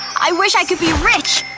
i wish i could be rich!